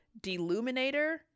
Deluminator